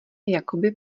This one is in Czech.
jakoby